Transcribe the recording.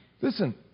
Listen